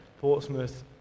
Portsmouth